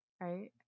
right